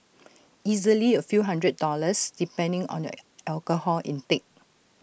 easily A few housand dollars depending on your alcohol intake